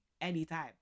anytime